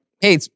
Hey